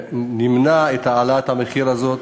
שנמנע את העלאת המחיר הזאת,